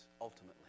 ultimately